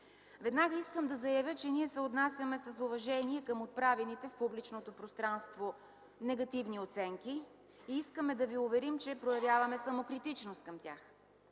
Веднага искам да заявя, че ние се отнасяме с уважение към отправените в публичното пространство негативни оценки и искаме да ви уверим, че проявяваме самокритичност към тях.